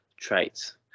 traits